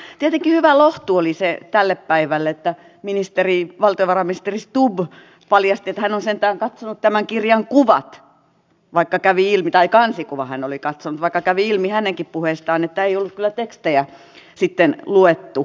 tietenkin hyvä lohtu tälle päivälle oli se että valtiovarainministeri stubb paljasti että hän on sentään katsonut tämän kirjan kuvat tai kansikuvan hän oli katsonut vaikka kävi ilmi hänenkin puheistaan että ei ollut kyllä tekstejä sitten luettu